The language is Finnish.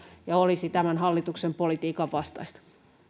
ja olisi tämän hallituksen politiikan vastaista